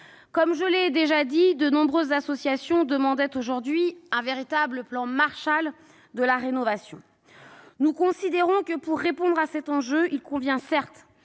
Comme je l'ai déjà dit, de nombreuses associations demandent aujourd'hui un véritable plan Marshall de la rénovation. Nous considérons que, pour répondre à cet enjeu, il convient, certes,